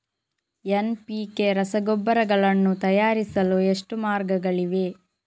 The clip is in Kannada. ಎನ್.ಪಿ.ಕೆ ರಸಗೊಬ್ಬರಗಳನ್ನು ತಯಾರಿಸಲು ಎಷ್ಟು ಮಾರ್ಗಗಳಿವೆ?